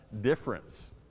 difference